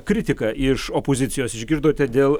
kritiką iš opozicijos išgirdote dėl